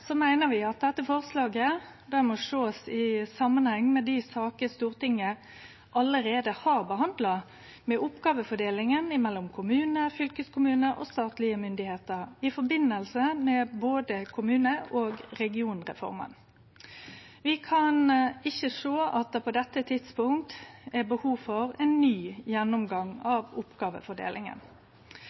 meiner vi at dette forslaget må sest i samanheng med dei sakene Stortinget allereie har behandla, med oppgåvefordelinga mellom kommunar, fylkeskommunar og statlege myndigheiter i forbindelse med både kommunereforma og regionreforma. Vi kan ikkje sjå at det på dette tidspunktet er behov for ein ny gjennomgang av oppgåvefordelinga.